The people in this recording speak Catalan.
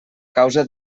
causa